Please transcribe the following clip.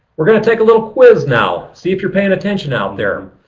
we're going to take a little quiz now, see if you're paying attention out there.